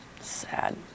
Sad